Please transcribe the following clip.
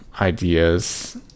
ideas